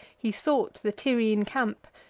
he sought the tyrrhene camp,